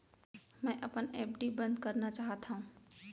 मै अपन एफ.डी बंद करना चाहात हव